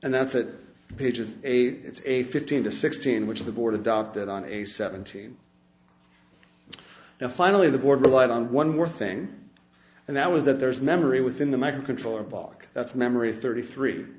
and that's that page is a it's a fifteen to sixteen which the board adopted on a seventeen and finally the board relied on one more thing and that was that there is memory within the microcontroller block that's memory thirty three